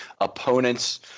opponents